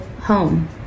home